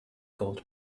called